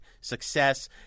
success